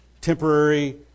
temporary